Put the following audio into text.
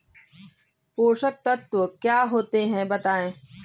पोषक तत्व क्या होते हैं बताएँ?